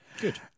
Good